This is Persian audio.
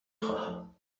خواهم